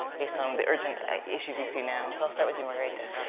based on the urgent issues we see now. so i'll start with you, margarita.